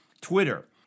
Twitter